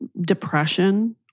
depression